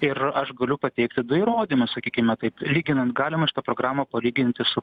ir aš galiu pateikti du įrodymus sakykime taip lyginant galima šitą programą palyginti su